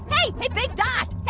hey, hey big dot,